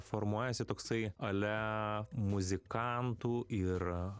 formuojasi toksai ale muzikantų ir